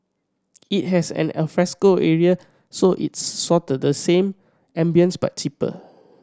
it has an alfresco area so it's sorta the same ambience but cheaper